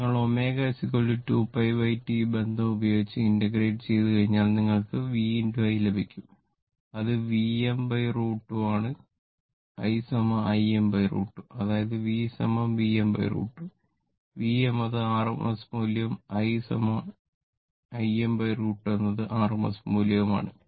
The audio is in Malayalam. നിങ്ങൾ ω 2πT ബന്ധം ഉപയോഗിച്ച് ഇന്റഗ്രേറ്റ് ചെയാണെങ്കിൽ നിങ്ങൾക്ക് V I ലഭിക്കും അത് Vm√ 2 ആണ് I Im√ 2 അതായത് V Vm√ 2 V എന്നത് rms മൂല്യവും I Im√ 2 എന്നത് rms മൂല്യവുമാണ്